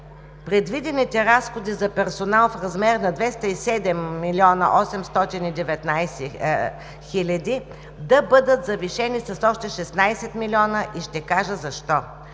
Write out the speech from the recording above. предвидените разходи за персонал в размер на 207 млн. 819 хил. лв. да бъдат завишени с още 16 милиона, и ще кажа защо.